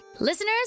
Listeners